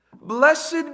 Blessed